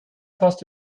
fast